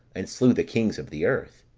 and slew the kings of the earth